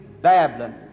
Babylon